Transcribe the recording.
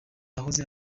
wahoze